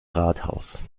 rathaus